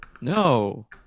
No